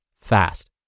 fast